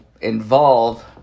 involve